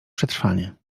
przetrwanie